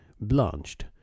blanched